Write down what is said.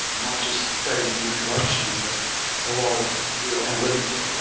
not just data manipulation, but a lot of real analytic work.